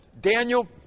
Daniel